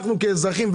אנחנו כאזרחים,